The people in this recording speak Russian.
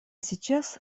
сейчас